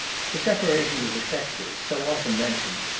the separation of the sexes, so often mentioned,